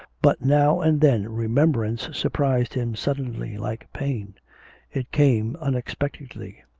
but now and then remembrance surprised him suddenly like pain it came unexpectedly,